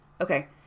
okay